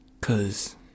Cause